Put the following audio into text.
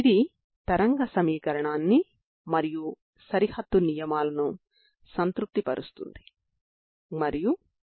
ఇక్కడ మీరు సరిహద్దు నియమాలను కూడా కలిగి ఉన్నారు